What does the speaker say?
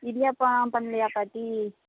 இடியாப்பமெலாம் பண்ணலையா பாட்டி